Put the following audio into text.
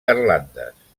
garlandes